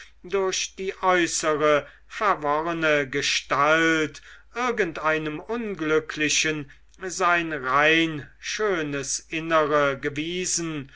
durch die äußere verworrene gestalt irgendeinem unglücklichen sein rein schönes innere gewiesen